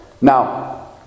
Now